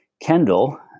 Kendall